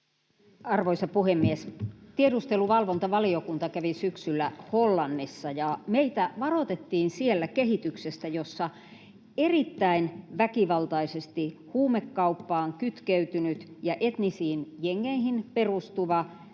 Arvoisa puhemies! Tiedusteluvalvontavaliokunta kävi syksyllä Hollannissa, ja meitä varoitettiin siellä kehityksestä, jossa erittäin väkivaltainen, huumekauppaan kytkeytynyt ja etnisiin jengeihin perustuva